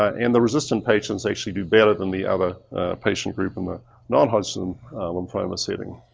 and the resistant patients actually do better than the other patient group and the non hodgkin lymphoma setting.